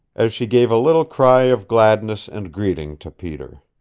as she gave a little cry of gladness and greeting to peter.